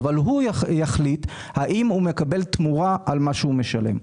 הוא יחליט האם הוא מקבל תמורה על מה שהוא משלם.